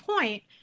point